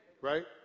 Right